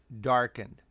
darkened